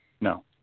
No